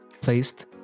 placed